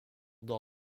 data